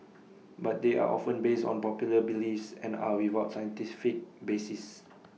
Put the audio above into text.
but they are often based on popular beliefs and are without scientific basis